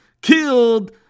killed